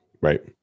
right